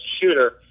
shooter